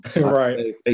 Right